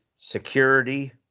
security